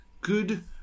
good